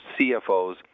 CFOs